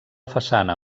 façana